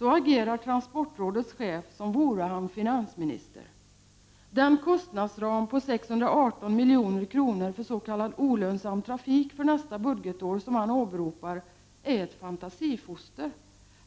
agerar transportrådets chef som vore han finansminister. Den kostnadsram på 618 milj.kr. för s.k. olönsam trafik för nästa budgetår som han åberopar är ett fantasifoster.